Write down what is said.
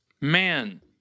man